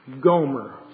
Gomer